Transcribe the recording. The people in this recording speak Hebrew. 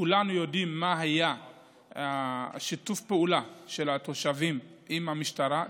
כולנו יודעים מה היה שיתוף הפעולה של התושבים עם המשטרה.